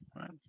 Right